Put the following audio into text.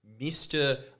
Mr